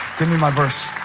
give me my verse